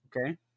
okay